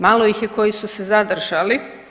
Malo ih je koji su se zadržali.